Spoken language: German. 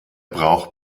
braucht